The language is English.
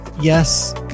Yes